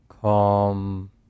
calm